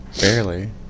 Barely